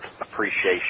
appreciation